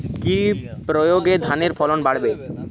কি প্রয়গে ধানের ফলন বাড়বে?